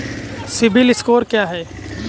CIBIL score क्या है?